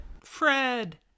fred